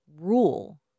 rule